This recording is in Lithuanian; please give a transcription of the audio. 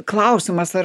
klausimas ar